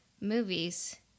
movies